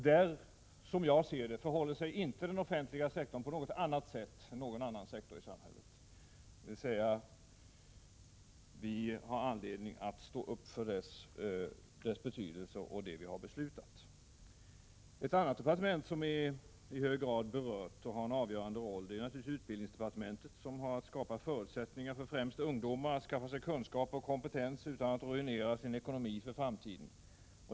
Där förhåller det sig, som jag ser det, inom den offentliga sektorn inte på annat sätt än inom andra sektorer i samhället, dvs. att vi har anledning att erkänna dess betydelse och stå för det vi har beslutat. Ett annat departement som i hög grad berörs och som spelar en avgörande roll är naturligtvis utbildningsdepartementet. Det har till uppgift att skapa förutsättningar för att ffrämst ungdomar skall kunna skaffa sig kunskaper och kompetens utan att ruinera sin ekonomi för framtiden.